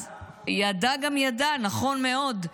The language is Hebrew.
אז ידע גם ידע, נכון מאוד,